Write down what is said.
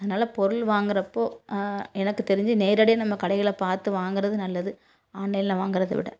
அதனால பொருள் வாங்குறப்போ எனக்கு தெரிஞ்சு நேரடியாக நம்ம கடையில் பார்த்து வாங்குறது நல்லது ஆன்லைனில் வாங்குறதை விட